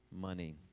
money